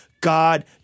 God